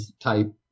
type